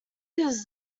his